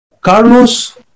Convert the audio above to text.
Carlos